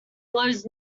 blows